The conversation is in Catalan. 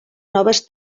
noves